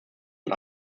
und